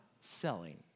selling